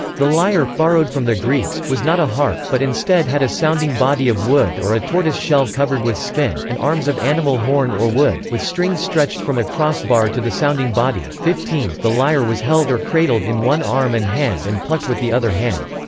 the lyre, borrowed from the greeks, was not a harp, but instead had a sounding body of wood or a tortoise shell covered with skin, and arms of animal horn or wood, with strings stretched from a cross bar to the sounding body. fifteen the lyre was held or cradled in one arm and hand and plucked with the other hand.